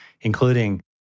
including